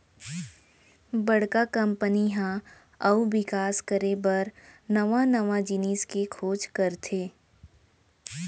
बड़का कंपनी ह अउ बिकास करे बर नवा नवा जिनिस के खोज करथे